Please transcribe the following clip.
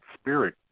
spirit